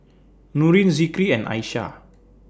Nurin Zikri and Aishah